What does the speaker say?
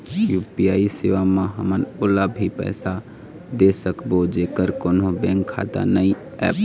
UPI सेवा म हमन ओला भी पैसा दे सकबो जेकर कोन्हो बैंक खाता नई ऐप?